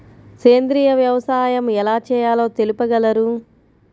సేంద్రీయ వ్యవసాయం ఎలా చేయాలో తెలుపగలరు?